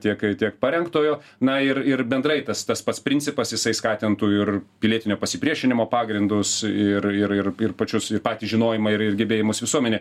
tiek tiek parengtojo na ir ir bendrai tas tas pats principas jisai skatintų ir pilietinio pasipriešinimo pagrindus ir ir ir ir pačius ir patį žinojimą ir ir gebėjimus visuomenė